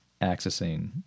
accessing